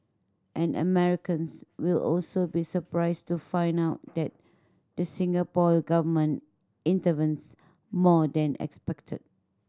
and Americans will also be surprised to find out that the Singapore Government intervenes more than expected